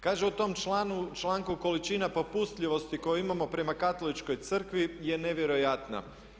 Kaže u tom članku količina popustljivosti koju imamo prema katoličkoj crkvi je nevjerojatna.